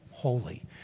holy